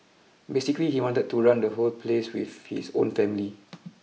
basically he wanted to run the whole place with his own family